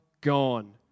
gone